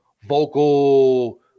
vocal